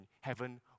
heaven